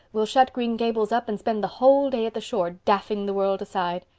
we'll shut green gables up and spend the whole day at the shore, daffing the world aside.